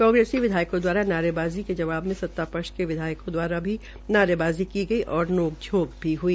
कांग्रेसी विधायाकों द्वारा नारे ाज़ी की जवा में सतापक्ष के विधायकों द्वारा भी नारे ाज़ी की गई और नोंकझोंक भी हुई